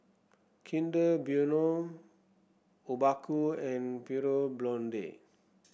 Kinder Bueno Obaku and Pure Blonde